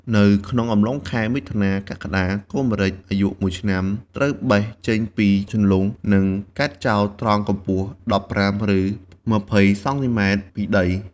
នៅក្នុងអំឡុងខែ មិថុនា-កក្កដា កូន ម្រេច អាយុ ១ឆ្នាំ ត្រូវបេះចេញពីជន្លង់និងកាត់ចោលត្រង់កម្ពស់ ១៥ឬ២០សង់ទីម៉ែត្រ ពីដី។